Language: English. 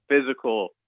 physical